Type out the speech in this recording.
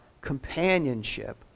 companionship